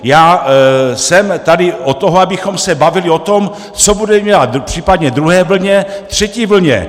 Já jsem tady od toho, abychom se bavili o tom, co budeme dělat případně v druhé vlně, třetí vlně.